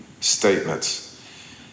statements